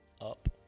up